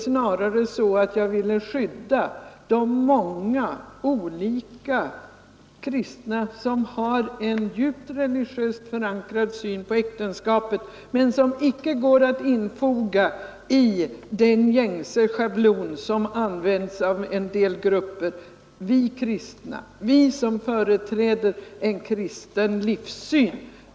Snarare vill jag skydda de många olika kristna som har en djupt religiöst förankrad syn på äktenskapet men som icke går att infoga i den gängse schablon som används av en del grupper — ”vi kristna, vi som företräder en kristen livssyn”.